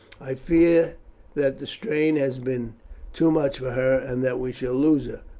i fear that the strain has been too much for her, and that we shall lose her.